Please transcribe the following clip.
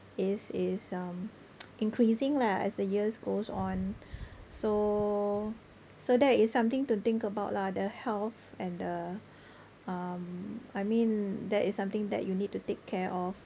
is is um increasing lah as the years goes on so so that is something to think about lah the health and the um I mean that is something that you need to take care of